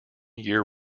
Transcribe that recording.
year